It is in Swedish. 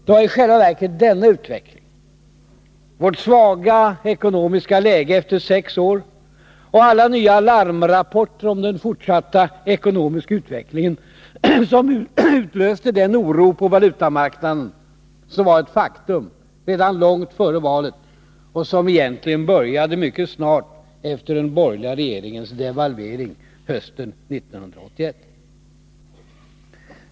Det var i själva verket denna utveckling — vårt svaga ekonomiska läge efter sex år och alla nya larmrapporter om den framtida ekonomiska utvecklingen — som utlöste den oro på valutamarknaden som var ett faktum redan långt före valet och som egentligen började mycket snart efter den borgerliga regeringens devalvering hösten 1981.